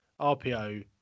RPO